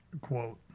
quote